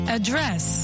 Address